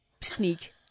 sneak